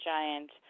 giant